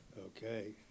Okay